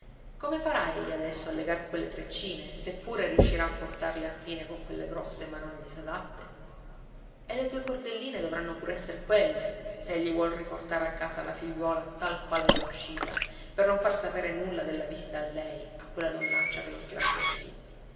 farà egli adesso a legar quelle treccine se pure riuscirà a portarle a fine con quelle grosse manone disadatte e le due cordelline dovranno pure esser quelle se egli vuol riportare a casa la figliuola tal quale ne è uscita per non far sapere nulla della visita a lei a quella donnaccia che lo sgraffia così